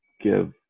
give